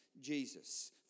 Jesus